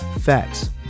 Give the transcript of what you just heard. facts